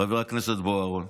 חבר הכנסת בוארון,